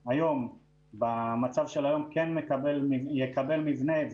מרכז החוסן בשדרות יקבל מבנה,